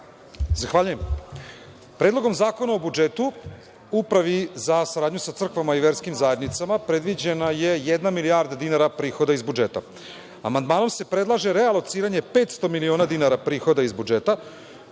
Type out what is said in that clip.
Zahvaljujem. Predlogom zakona o budžetu Upravi za saradnju sa crkvama i verskim zajednicama predviđena je jedna milijarda dinara prihoda iz budžeta. Amandmanom se predlaže realociranje 500 miliona dinara prihoda iz budžeta